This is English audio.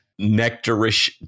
nectarish